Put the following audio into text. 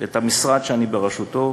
את המשרד שאני בראשותו,